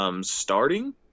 starting